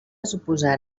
suposar